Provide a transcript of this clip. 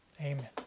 Amen